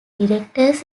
directors